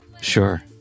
Sure